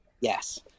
Yes